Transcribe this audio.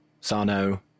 Sano